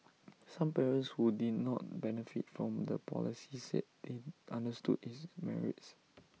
some parents who did not benefit from the policy said they understood its merits